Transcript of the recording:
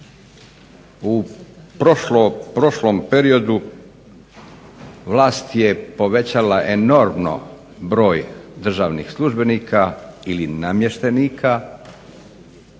U prošlom periodu vlast je povećala enormno broj državnih službenika ili namještenika,